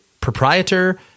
proprietor